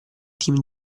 team